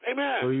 Amen